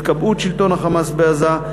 התקבעות שלטון ה"חמאס" בעזה,